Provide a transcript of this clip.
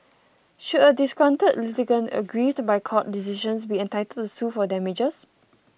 should a disgruntled litigant aggrieved by court decisions be entitled to sue for damages